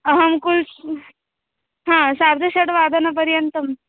अहं कुल्स् हा सार्धषड्वादनपर्यन्तं